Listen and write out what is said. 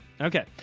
Okay